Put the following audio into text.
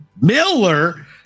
Miller